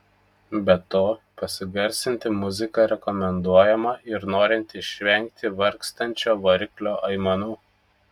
be to pasigarsinti muziką rekomenduojama ir norint išvengti vargstančio variklio aimanų